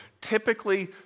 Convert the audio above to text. Typically